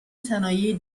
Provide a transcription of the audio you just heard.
صنایع